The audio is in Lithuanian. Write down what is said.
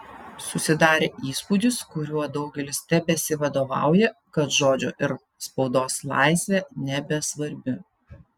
susidarė įspūdis kuriuo daugelis tebesivadovauja kad žodžio ir spaudos laisvė nebesvarbi